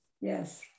Yes